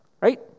Right